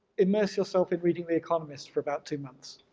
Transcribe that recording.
immerse yourself in reading the economist for about two months.